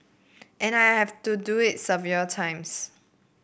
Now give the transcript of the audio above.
and I have to do it several times